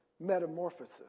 metamorphosis